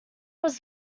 was